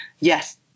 yes